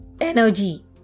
energy